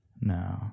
No